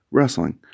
Wrestling